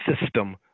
system